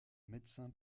médecin